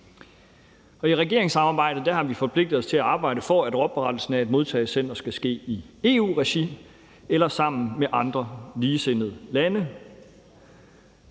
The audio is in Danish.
I regeringssamarbejdet har vi forpligtet os til at arbejde for, at oprettelsen af et modtagecenter skal ske i EU-regi eller sammen med andre ligesindede lande.